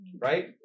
right